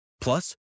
Plus